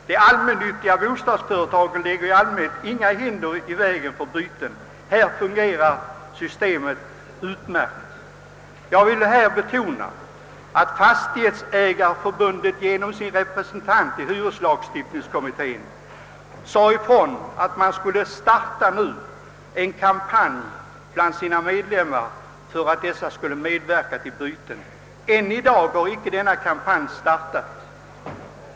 De allmännyttiga bostadsföretagen lägger i allmänhet inga hinder i vägen för byten. Här fungerar systemet utmärkt. Jag vill betona att fastighetsägarförbundet genom sin representant i hyreslagstiftningskommittén meddelat att man nu skall starta en kampanj bland sina medlemmar för att dessa skall medverka till byten. Men än i dag väntar vi på den kampanjen — den har inte startats.